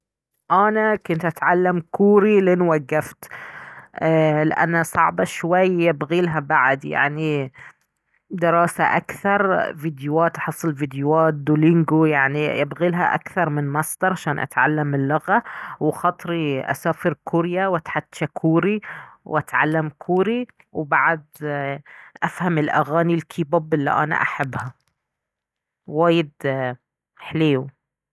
انا كنت اتعلم كوري لين وقفت ايه لأنه صعبة شوي يبغيلها بعد يعني دراسة اكثر فيديوات احصل فيديوات دولينجو يعني يبغيلها اكثر من مصدر عشان اتعلم اللغة وخاطري اسافر كوريا واتحجى كوري واتعلم كوري وبعد افهم اغاني الكيبوب الي انا احبها وايد حليو